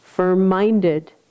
firm-minded